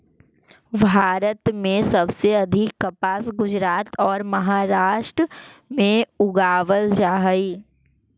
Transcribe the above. भारत में सबसे अधिक कपास गुजरात औउर महाराष्ट्र में उगावल जा हई